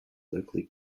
locally